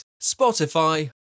Spotify